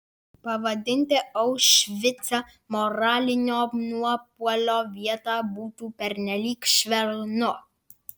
pavadinti aušvicą moralinio nuopuolio vieta būtų pernelyg švelnu